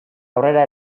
aurrera